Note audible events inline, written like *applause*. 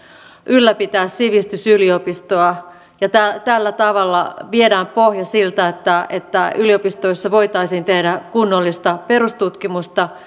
ylläpitää sivistysyliopistoa ja tällä tavalla viedään pohja siltä että että yliopistoissa voitaisiin tehdä kunnollista perustutkimusta *unintelligible*